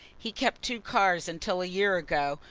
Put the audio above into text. he kept two cars until a year ago,